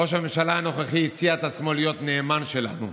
ראש הממשלה הנוכחי הציע את עצמו להיות נאמן שלכם.